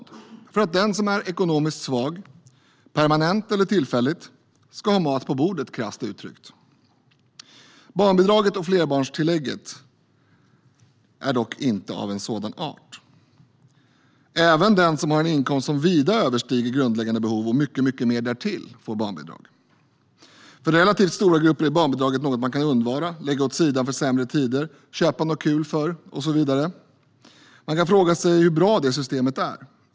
De är till för att den som är ekonomiskt svag, permanent eller tillfälligt, ska ha mat på bordet, krasst uttryckt. Barnbidraget och flerbarnstillägget är dock inte av en sådan art. Även den som har en inkomst som vida överstiger grundläggande behov, och mycket mer därtill, får barnbidrag. För relativt stora grupper är barnbidraget något man kan undvara, lägga åt sidan för sämre tider, köpa något kul för, och så vidare. Man kan fråga sig hur bra det systemet är.